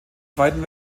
zweiten